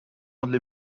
contre